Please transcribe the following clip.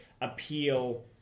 appeal